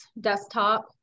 desktop